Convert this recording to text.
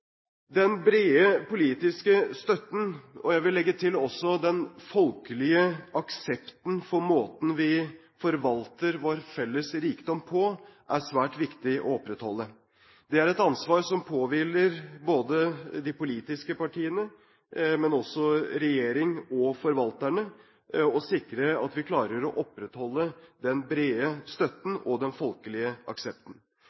Den brede politiske støtten – og jeg vil også legge til den folkelige aksepten – for måten vi forvalter vår felles rikdom på, er svært viktig å opprettholde. Det er et ansvar som påhviler ikke bare de politiske partiene, men også regjeringen og forvalterne å sikre at vi klarer å opprettholde den brede